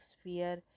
sphere